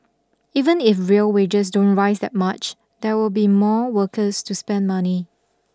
even if real wages don't rise that much there will be more workers to spend money